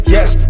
Yes